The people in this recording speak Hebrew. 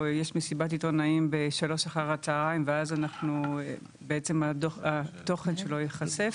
יש מסיבת עיתונאים ב-15:00 ואז התוכן שלו ייחשף.